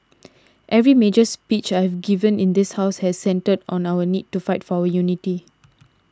every major speech I've given in this house has centred on our need to fight for our unity